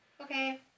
Okay